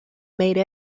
made